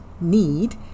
need